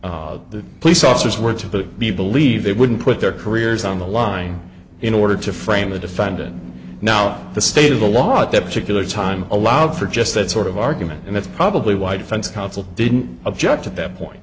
about the police officers were to be believed they wouldn't put their careers on the line in order to frame a defendant now the state of the law at that particular time allowed for just that sort of argument and that's probably why defense counsel didn't object at that point